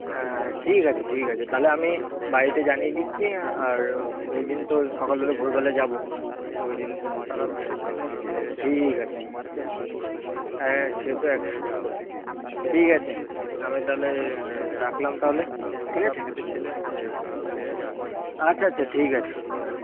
হ্যাঁ ঠিক আছে ঠিক আছে তাহলে আমি বাড়িতে জানিয়ে দিচ্ছি আর ওই দিন তো সকালবেলা ভোরবেলা যাব তো ওই দিন কোনও অসুবিধা হবে না ঠিক আছে চ হ্যাঁ সে তো একশো বার ঠিক আছে আমি তাহলে রাখলাম তাহলে ঠিক আছে হ্যাঁ হ্যাঁ আচ্ছা আচ্ছা ঠিক আছে হ্যাঁ